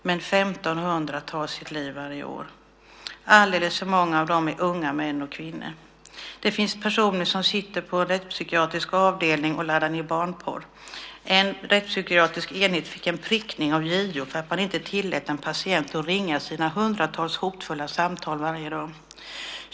Men 1 500 tar sitt liv varje år. Alldeles för många av dem är unga män och kvinnor. Det finns personer som sitter på rättspsykiatrisk avdelning och laddar ned barnporr. En rättspsykiatrisk enhet prickades av JO för att man inte tillät en patient att ringa sina hundratals hotfulla samtal varje dag.